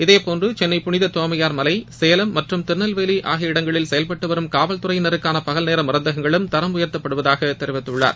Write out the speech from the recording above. இதேபோன்று சென்னை புளித தோமையர் மலை சேலம் மற்றும் திருநெல்வேலி ஆகிய இடங்களில் செயல்பட்டு வரும் காவல்துறையினருக்கான பகல் நேர மருந்தகங்களும் தரம் உயர்த்தப்படுவதாக தெரிவித்துள்ளார்